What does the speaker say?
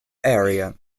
area